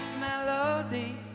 melody